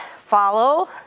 follow